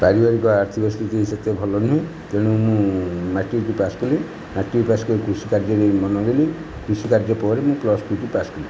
ପାରିବାରିକ ଆର୍ଥିକ ସ୍ଥିତି ସେତେ ଭଲ ନୁହେଁ ତେଣୁ ମୁଁ ମାଟ୍ରିକ ପାସ୍ କଲି ମାଟ୍ରିକ ପାସ୍ କରିକି କୃଷି କାର୍ଯ୍ୟରେ ମନ ଦେଲି କୃଷିକାର୍ଯ୍ୟ ପରେ ମୁଁ ପ୍ଲସ୍ ଟୁ କୁ ପାସ୍ କଲି